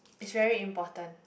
is very important